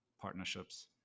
partnerships